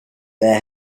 there